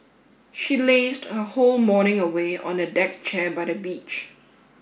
she lazed her whole morning away on a deck chair by the beach